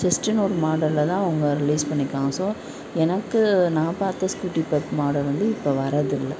ஜெஸ்ட்டுன்னு ஒரு மாடல்லதான் அவங்க ரிலீஸ் பண்ணியிருக்காங்க ஸோ எனக்கு நான் பார்த்த ஸ்கூட்டி பெப் மாடல் வந்து இப்போ வரதில்ல